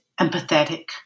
empathetic